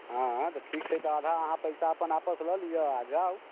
हँ तऽ ठीक छै तऽ आधा अहाँ पैसा अपन वापस लऽ लिअ आओर जाउ